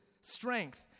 strength